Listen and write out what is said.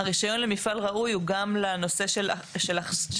הרישיון למפעל ראוי הוא גם לנושא של החזקת